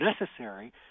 necessary